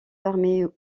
permet